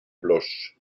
bloch